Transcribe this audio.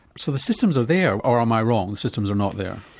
so the systems are there or am i wrong, the systems are not there?